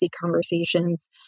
conversations